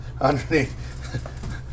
underneath